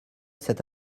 cette